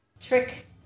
Trick